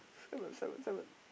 seven seven seven